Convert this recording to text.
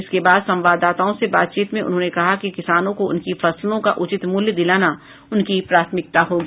इसके बाद संवाददाताओं से बातचीत में उन्होंने कहा कि किसानों को उनकी फसलों का उचित मूल्य दिलाना उनकी प्राथमिकता होगी